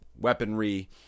weaponry